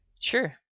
Sure